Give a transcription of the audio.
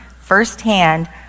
firsthand